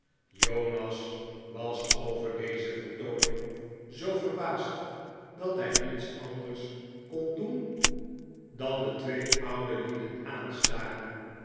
jonas was over deze veftooning zoo verbaasd dat hij niets anders kon doen dan de maarten chuzzlewit twee oude lieden